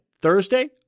Thursday